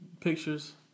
pictures